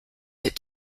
that